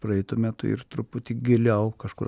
praeitų metų ir truputį giliau kažkur